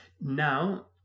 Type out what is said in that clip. now